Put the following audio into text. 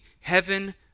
heaven